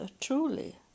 truly